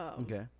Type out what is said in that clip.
Okay